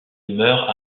meurt